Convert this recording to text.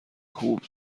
خوب